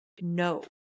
no